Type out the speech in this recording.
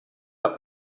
out